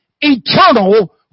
eternal